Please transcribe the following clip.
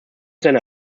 seiner